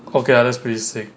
okay ah that's pretty sick